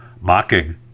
mocking